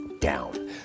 down